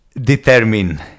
determine